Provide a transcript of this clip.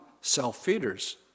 self-feeders